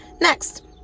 Next